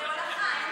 זו הולכה.